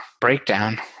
breakdown